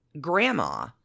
Grandma